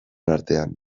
artean